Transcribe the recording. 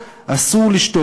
אין לי ציפיות מהם,